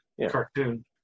cartoon